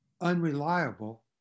unreliable